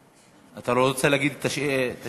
אתה לא רוצה להגיד את השאלה?